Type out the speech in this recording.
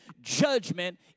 Judgment